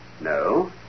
No